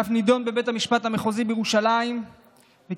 ואף נדון בבית המשפט המחוזי בירושלים וקיבל